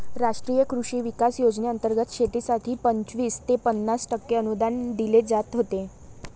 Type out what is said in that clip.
राष्ट्रीय कृषी विकास योजनेंतर्गत शेतीसाठी पंचवीस ते पन्नास टक्के अनुदान दिले जात होते